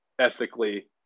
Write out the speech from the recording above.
ethically